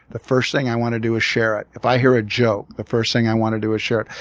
the first thing i want to do is share it. if i hear a joke, the first thing i want to do is share it.